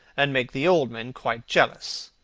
and make the old men quite jealous,